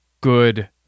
good